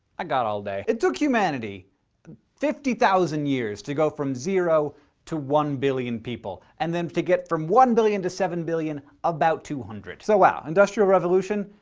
i got all day. it took humanity fifty thousand years to go from zero to one billion people, and then to get from one billion to seven billion, about two hundred. so wow, industrial revolution,